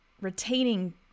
retaining